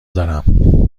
دارم